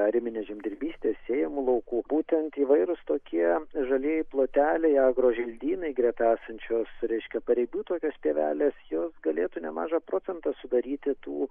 ariminės žemdirbystės sėjamų laukų būtent įvairūs tokie žalieji ploteliai agroželdynai greta esančios reiškia paribių tokios plėvelės jos galėtų nemažą procentą sudaryti tų